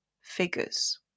figures